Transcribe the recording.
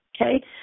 okay